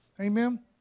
Amen